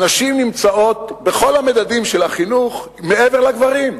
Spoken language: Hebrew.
הנשים נמצאות בכל המדדים של החינוך מעבר לגברים,